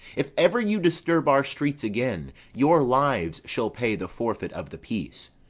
if ever you disturb our streets again, your lives shall pay the forfeit of the peace.